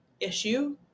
issue